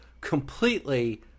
completely